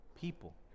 people